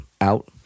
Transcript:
out